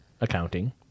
accounting